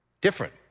Different